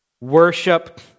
worship